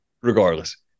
regardless